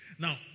now